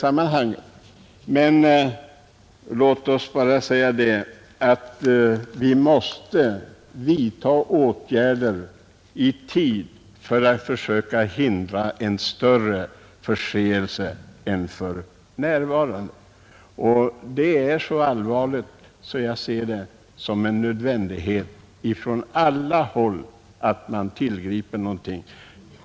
Jag menar emellertid att vi måste vidta åtgärder i tid för att förhindra att vi får ett ännu större problem än vi har för närvarande, Frågan är så allvarlig att jag anser det vara helt nödvändigt att göra någonting.